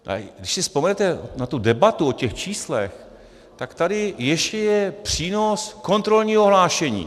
Když si vzpomenete na debatu o těch číslech, tak tady ještě je přínos kontrolního hlášení.